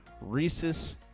rhesus